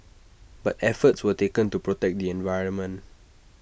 but efforts were taken to protect the environment